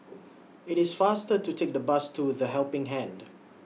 IT IS faster to Take The Bus to The Helping Hand